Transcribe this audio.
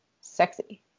sexy